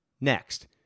Next